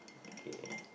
okay